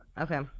Okay